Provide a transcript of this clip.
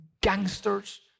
gangsters